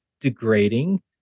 degrading